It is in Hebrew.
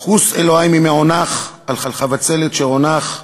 "חוס אלוהי ממעונך / על חבצלת שרונך /